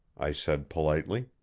i said politely.